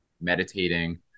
meditating